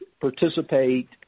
participate